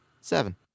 Seven